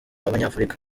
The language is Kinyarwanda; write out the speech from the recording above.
abanyafurika